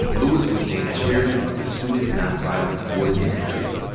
lewis was named chairman of the student nonviolent coordinating committee,